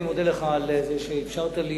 אני מודה לך על זה שאפשרת לי